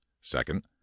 Second